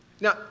Now